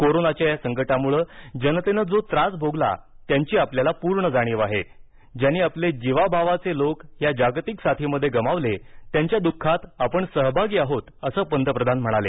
कोरोनाच्या या संकटामुळे जनतेनं जो त्रास भोगला त्यांची आपल्याला पूर्ण जाणीव आहे ज्यांनी आपले जीवाभावाचे लोक या जागतिक साथीमध्ये गमावले त्यांच्या दूःखात आपण सहभागी आहोत असं पंतप्रधान म्हणाले